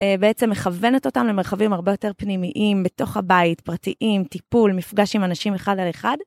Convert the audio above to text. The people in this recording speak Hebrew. בעצם מכוונת אותם למרחבים הרבה יותר פנימיים, בתוך הבית, פרטיים, טיפול, מפגש עם אנשים אחד על אחד.